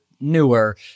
newer